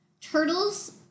Turtles